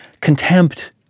Contempt